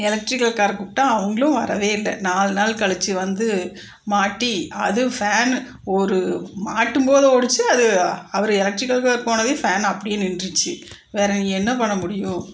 எலக்ட்ரிகல்காரரை கூப்ட்டா அவங்குளும் வரவேயில்ல நாலு நாள் கழிச்சி வந்து மாட்டி அது ஃபேன் ஒரு மாட்டும் போது ஓடுச்சு அது அவரு எலக்ட்ரிகல்காரரு போனதும் ஃபேன் அப்படியே நின்றுருச்சு வேறு என்ன பண்ணமுடியும்